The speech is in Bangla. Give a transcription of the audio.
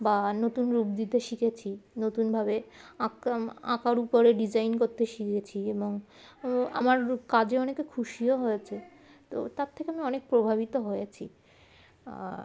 বা নতুন রূপ দিতে শিখেছি নতুনভাবে আঁকা আঁকার উপরে ডিজাইন করতে শিখেছি এবং আমার কাজে অনেকে খুশিও হয়েছে তো তার থেকে আমি অনেক প্রভাবিত হয়েছি